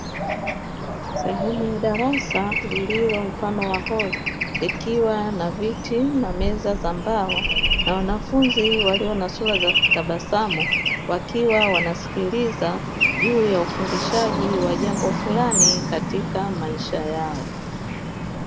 Sehemu ya darasa lililo mfano wa holi, ikiwa na viti na meza za mbao na wanafunzi walio na sura za kutabasamu, wakiwa wanasikiliza juu ya ufundishaji wa jambo fulani katika maisha yao.